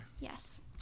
Yes